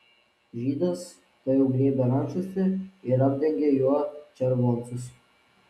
žydas tuojau griebė rankšluostį ir apdengė juo červoncus